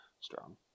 strong